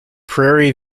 prairie